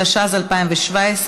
התשע"ז 2017,